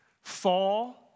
fall